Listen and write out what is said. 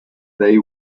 they